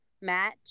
match